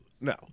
No